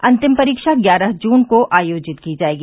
अंतिम परीक्षा ग्यारह जून को आयोजित की जाएगी